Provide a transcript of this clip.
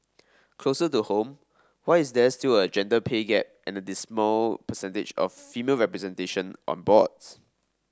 closer to home why is there still a gender pay gap and a dismal percentage of female representation on boards